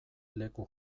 leku